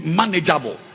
manageable